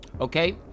okay